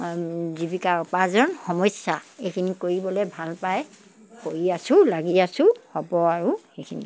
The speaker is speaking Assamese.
জীৱিকা উপাৰ্জন সমস্যা এইখিনি কৰিবলৈ ভাল পাই কৰি আছোঁ লাগি আছোঁ হ'ব আৰু সেইখিনি